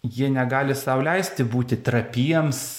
jie negali sau leisti būti trapiems